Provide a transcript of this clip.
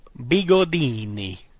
Bigodini